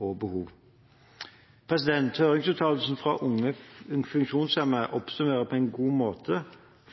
og behov. Høringsuttalelsen fra Unge funksjonshemmede oppsummerer på en god måte